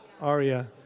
Aria